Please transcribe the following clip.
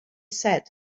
said